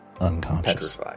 unconscious